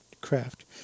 craft